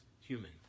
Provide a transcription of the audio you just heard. human